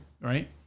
right